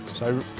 so